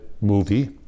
movie